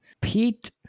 Pete